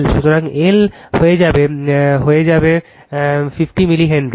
সুতরাং L হয়ে যাবে হল 50 মিলি হেনরি